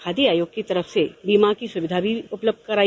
खादी आयोग की तरफ से बीमा की सुविधा भी उपलब्ध कराई